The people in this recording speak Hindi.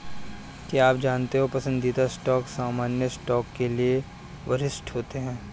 क्या आप जानते हो पसंदीदा स्टॉक सामान्य स्टॉक के लिए वरिष्ठ होते हैं?